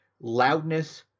loudness